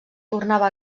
tornava